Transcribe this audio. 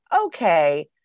okay